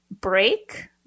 break